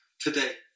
Today